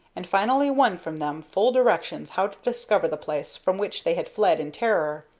and finally won from them full directions how to discover the place from which they had fled in terror.